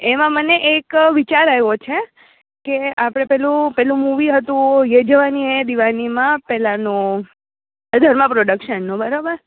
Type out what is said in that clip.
એમાં મને એક વિચાર આવ્યો છે કે આપણે પેલું પેલું મૂવી હતું યે જવાની હૈ દિવાનીમાં પેલાનો આ ધર્મા પ્રોડક્શનનો બરાબર